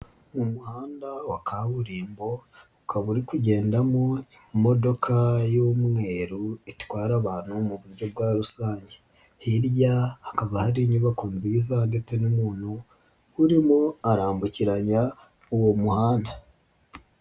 Mu muhanda wa kaburimbo ukaba uri kugendamo imodoka y'umweru itwara abantu mu buryo bwa rusange, hirya hakaba hari inyubako nziza ndetse n'umuntu urimo arambukiranya uwo muhanda.